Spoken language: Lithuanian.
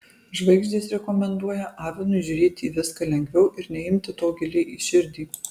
žvaigždės rekomenduoja avinui žiūrėti į viską lengviau ir neimti to giliai į širdį